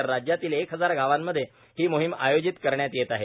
तर राज्यातील एक हजार गावांमध्ये ही मोहीम आयोजित करण्यात येत आहे